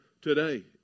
today